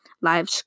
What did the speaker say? live